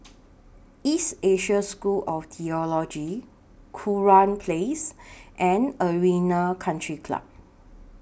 East Asia School of Theology Kurau Place and Arena Country Club